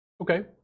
Okay